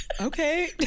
okay